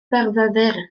byrfyfyr